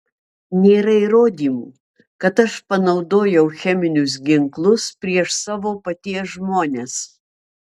nėra įrodymų kad aš panaudojau cheminius ginklus prieš savo paties žmones